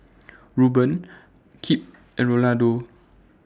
Rueben Kip and Rolando